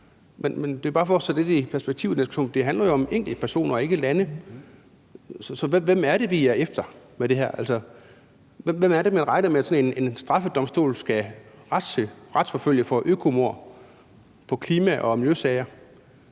Det handler jo om enkeltpersoner, ikke lande. Så hvem er det, vi er efter med det her? Hvem er det, man regner med at sådan en straffedomstol skal retsforfølge for økomord i klima- og miljøsager?